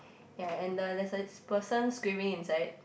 ya and the there's a person screaming inside